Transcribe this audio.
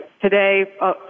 today